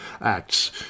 acts